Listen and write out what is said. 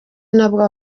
nabwo